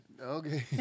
Okay